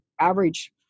average